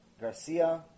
Garcia